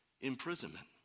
imprisonment